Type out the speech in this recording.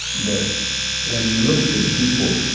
but when you look at the people,